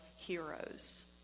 heroes